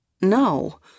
no